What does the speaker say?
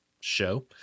show